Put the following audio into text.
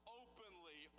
openly